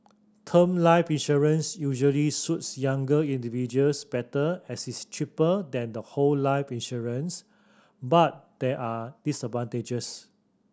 term life insurance usually suits younger individuals better as it's cheaper than the whole life insurance but there are disadvantages